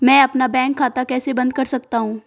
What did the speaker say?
मैं अपना बैंक खाता कैसे बंद कर सकता हूँ?